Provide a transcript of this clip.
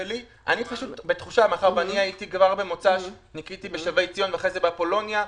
מאחר שכבר במוצ"ש ניקיתי בשבי ציון ואחרי זה באפולוניה,